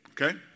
Okay